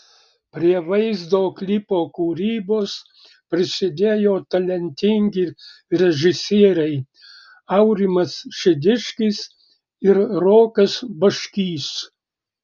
prie vaizdo klipo kūrybos prisidėjo talentingi režisieriai aurimas šidiškis ir rokas baškys